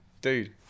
dude